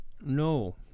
no